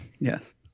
Yes